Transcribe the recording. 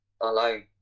alone